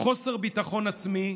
חוסר ביטחון עצמי,